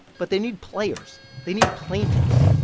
but they need players. they need plaintiffs.